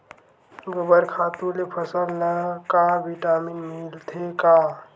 गोबर खातु ले फसल ल का विटामिन मिलथे का?